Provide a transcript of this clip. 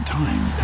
time